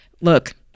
Look